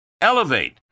Elevate